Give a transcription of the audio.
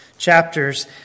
chapters